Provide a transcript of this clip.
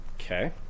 Okay